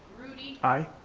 groody. i.